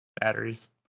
Batteries